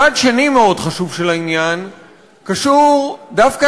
צד אחר מאוד חשוב של העניין קשור דווקא